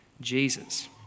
Jesus